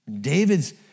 David's